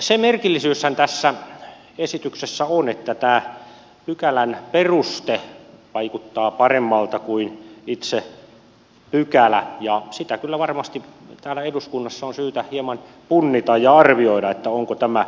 se merkillisyyshän tässä esityksessä on että tämä pykälän peruste vaikuttaa paremmalta kuin itse pykälä ja sitä kyllä varmasti täällä eduskunnassa on syytä hieman punnita ja arvioida onko tämä kohdallaan